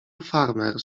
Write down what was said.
farmer